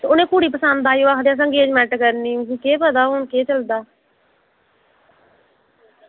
ते उ'नेंगी कुड़ी पसंद आई ते ओह् आक्खदे असें ई अंगेज़मेंट करनी ते केह् पता हून केह् चलदा